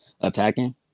attacking